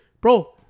bro